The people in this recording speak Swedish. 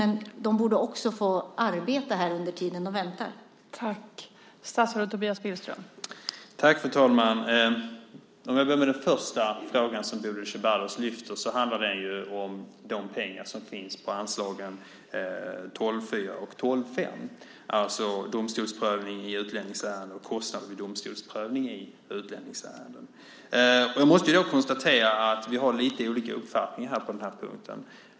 Men dessa människor borde få arbeta under den tid som de väntar på besked.